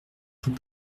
tout